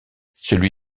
celui